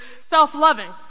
self-loving